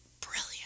Brilliant